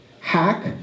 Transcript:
hack